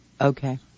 Okay